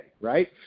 right